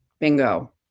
Bingo